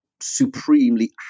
supremely